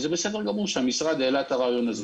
זה בסדר גמור שהמשרד העלה את הרעיון הזה.